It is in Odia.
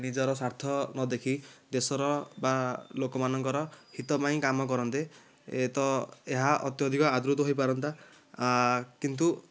ନିଜର ସ୍ୱାର୍ଥ ନଦେଖି ଦେଶର ବା ଲୋକମାନଙ୍କର ହିତ ପାଇଁ କାମ କରନ୍ତେ ତ ଏହା ଅତ୍ୟଧିକ ଆଦୃତ ହୋଇପାରନ୍ତା କିନ୍ତୁ